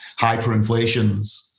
hyperinflations